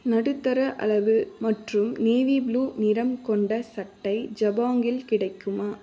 நடுத்தர அளவு மற்றும் நேவி ப்ளூ நிறம் கொண்ட சட்டை ஜபோங்கில் கிடைக்குமா